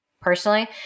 personally